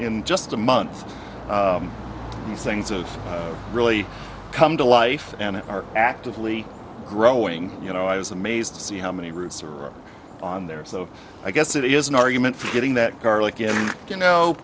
in just a month these things are really come to life and are actively growing you know i was amazed to see how many roots are on there so i guess it is an argument for getting that garlic in you know